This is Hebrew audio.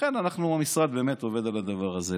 ולכן אנחנו במשרד באמת עובדים על הדבר הזה.